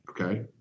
okay